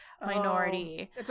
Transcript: minority